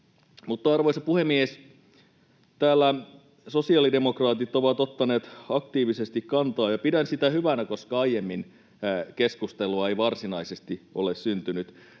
Arvoisa puhemies! Täällä sosiaalidemokraatit ovat ottaneet aktiivisesti kantaa, ja pidän sitä hyvänä, koska aiemmin keskustelua ei varsinaisesti ole syntynyt.